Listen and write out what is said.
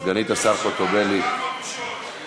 כמה בושות ביום אפשר?